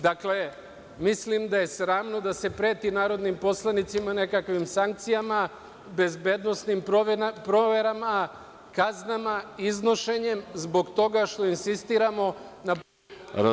Dakle, mislim da je sramno da se preti narodnim poslanicima nekakvim sankcijama, bezbednosnim proverama, kaznama, iznošenjem zbog toga što insistiramo na poštovanju Ustava Republike Srbije.